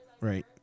Right